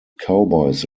cowboys